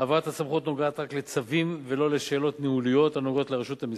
העברת הסמכות נוגעת רק בצווים ולא בשאלות ניהוליות הנוגעות ברשות המסים,